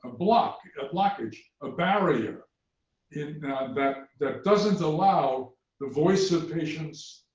block, a blockage, a barrier and that that doesn't allow the voice of patients,